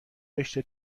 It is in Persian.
رشته